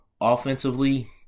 Offensively